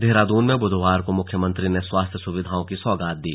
देहरादून में बुधवार को मुख्यमंत्री ने स्वास्थ्य सुविधाओं की सौगात दी